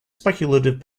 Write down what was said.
speculative